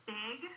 big